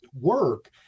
work